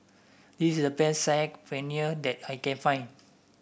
is the best Saag Paneer that I can find